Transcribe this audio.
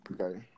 okay